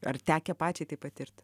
ar tekę pačiai tai patirt